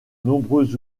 nombreux